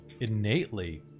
innately